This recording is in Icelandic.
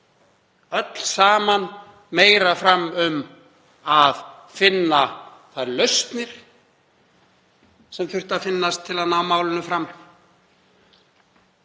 öll saman meira fram um að finna þær lausnir sem þyrftu að finnast til að ná málinu fram.